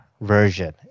version